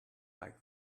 like